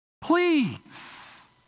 please